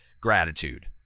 gratitude